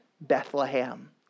Bethlehem